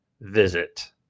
visit